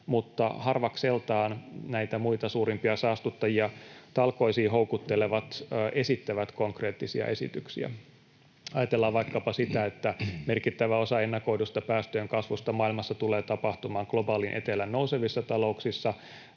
mutta harvakseltaan näitä muita suurimpia saastuttajia talkoisiin houkuttelevat esittävät konkreettisia esityksiä. Ajatellaan vaikkapa sitä, että merkittävä osa ennakoidusta päästöjen kasvusta maailmassa tulee tapahtumaan globaalin etelän nousevissa talouksissa.